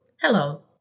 Hello